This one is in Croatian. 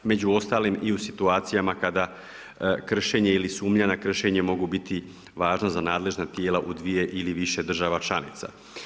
Među ostalim i u situacijama kada kršenje ili sumnja na kršenje mogu biti važna za nadležna tijela u dvije ili više država članica.